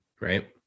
right